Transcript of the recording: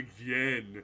again